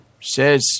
says